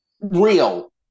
Real